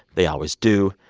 they always do.